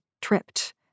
tripped